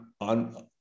on